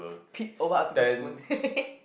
peep over other people's phone